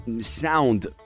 sound